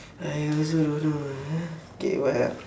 I also don't know ah ha K what ah